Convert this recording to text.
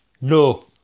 No